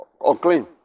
unclean